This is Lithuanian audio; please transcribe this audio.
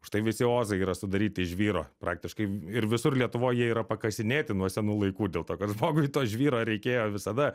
užtai visi ozai yra sudaryti iš žvyro praktiškai ir visur lietuvoj jie yra pakasinėti nuo senų laikų dėl to kad žmogui to žvyro reikėjo visada